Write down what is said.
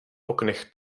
oknech